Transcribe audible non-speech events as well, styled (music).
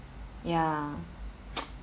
ya (noise)